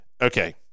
Okay